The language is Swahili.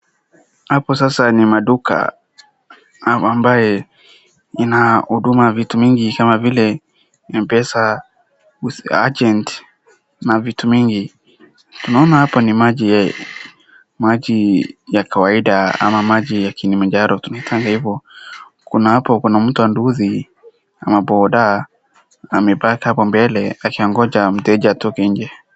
Hapo sasa ni maduka ambaye inahuduma vitu mingi kama vile Mpesa agent na vitu mingi. Tunaona hapa ni maji ya kawaida ama maji ya kilimanjaro tunaitanga hivyo .Hapo kuna mtu wa nduthi ama boda ame park hapo mbele akingonja mteja atoke nje.